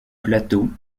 plateau